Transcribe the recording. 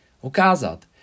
Ukázat